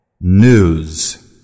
News